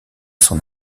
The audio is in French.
son